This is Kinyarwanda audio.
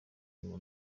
nyuma